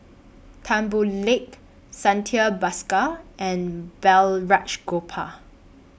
Tan Boo Liat Santha Bhaskar and Balraj Gopal